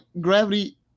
gravity